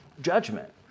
judgment